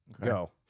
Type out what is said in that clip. Go